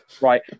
Right